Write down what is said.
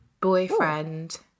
boyfriend